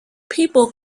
people